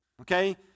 Okay